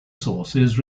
sources